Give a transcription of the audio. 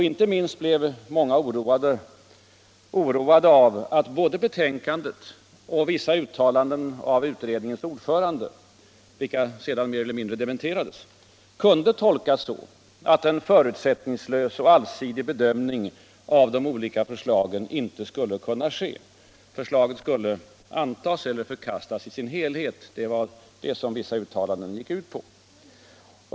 Inte minst blev många oroade av att både betänkandet och vissa uttalanden av utredningens ordförande, vilka sedan mer eller mindre dementerades, kunde tolkas så, att en förutsättningslös och allsidig bedömning av de olika förslagen inte skulle kunna göras; förslaget skulle antingen antas eller också förkastas i sin helhet. Det var det som vissa uttalanden gick ut på.